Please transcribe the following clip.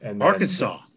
Arkansas